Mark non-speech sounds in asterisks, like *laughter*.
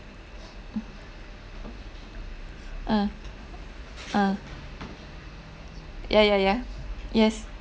*noise* ah ah ya ya ya yes